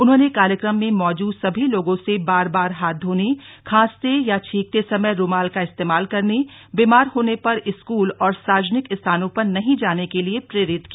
उन्होंने कार्यक्रम में मैजूद सभी लोगों से बार बार हाथ धोने खांसते या छिंकते समय रुमाल का इस्तमाल करने बीमार होने पर स्कूल और सार्वजनिक स्थानों पर नहीं जाने के लिये प्रेरित किया